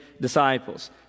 disciples